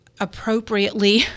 appropriately